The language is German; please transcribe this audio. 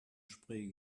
spray